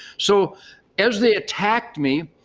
so as they attacked me,